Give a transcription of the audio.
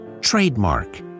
trademark